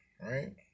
right